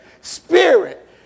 spirit